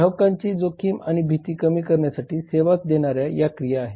ग्राहकांची जोखीम आणि भीती कमी करण्यासाठी सेवा देणाऱ्या या क्रिया आहेत